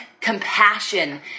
compassion